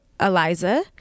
Eliza